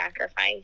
sacrifice